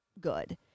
good